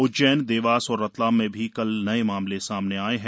उज्जैन देवास और रतलाम में भी कल नए मामले सामने आए हैं